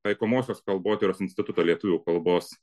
taikomosios kalbotyros instituto lietuvių kalbos